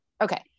Okay